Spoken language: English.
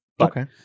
Okay